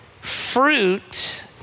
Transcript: Fruit